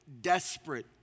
desperate